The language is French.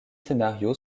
scénario